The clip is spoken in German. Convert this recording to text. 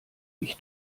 mich